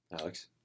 alex